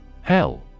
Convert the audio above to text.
Hell